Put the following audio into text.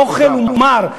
האוכל הזה הוא מר,